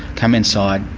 come inside,